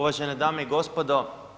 Uvažene dame i gospodo.